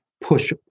push